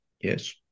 yes